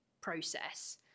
process